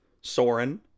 soren